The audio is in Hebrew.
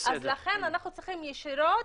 לכן, אנחנו צריכים ישירות